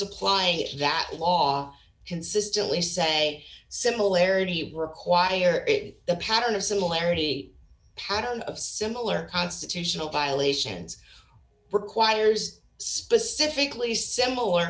applying it to that law consistently say similarity require it the pattern of similarity pattern of similar constitutional violations requires specifically similar